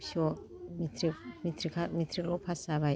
फिअ metric metric फा मेट्रिकल' फास जाबाय